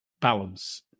balance